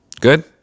Good